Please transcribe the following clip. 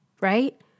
right